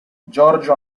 giorgio